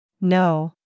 No